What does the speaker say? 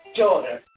daughter